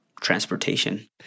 transportation